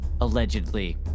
allegedly